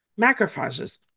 macrophages